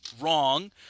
wrong